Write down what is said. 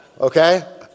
Okay